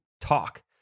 talk